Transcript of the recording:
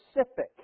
specific